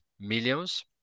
millions